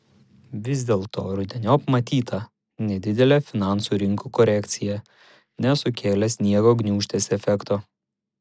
vis dėlto rudeniop matyta nedidelė finansų rinkų korekcija nesukėlė sniego gniūžtės efekto